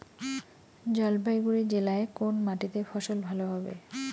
জলপাইগুড়ি জেলায় কোন মাটিতে ফসল ভালো হবে?